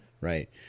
right